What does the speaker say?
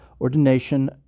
ordination